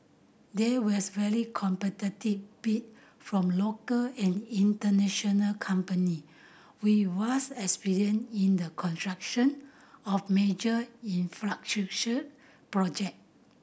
there was very competitive bid from local and international company with vast experience in the construction of major infrastructure project